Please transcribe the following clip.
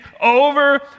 over